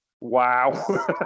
Wow